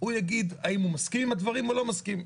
הוא יגיד האם הוא מסכים עם הדברים או לא מסכים.